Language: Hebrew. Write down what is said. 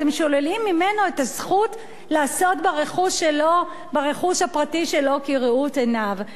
אתם שוללים ממנו את הזכות לעשות ברכוש הפרטי שלו כראות עיניו.